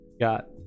got